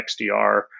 XDR